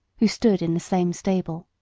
who stood in the same stable.